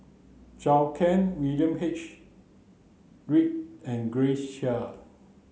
Zhou Can William H Read and Grace Chia